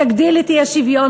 תגדיל את האי-שוויון.